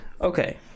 Okay